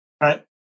Right